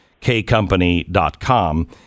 Kcompany.com